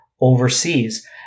overseas